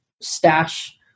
stash